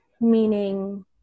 meaning